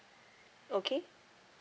okay